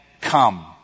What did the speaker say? come